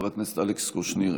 חבר הכנסת אלכס קושניר,